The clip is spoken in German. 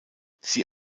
sie